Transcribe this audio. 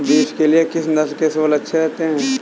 Beef के लिए किस नस्ल के सूअर अच्छे रहते हैं?